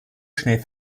schnell